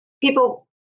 people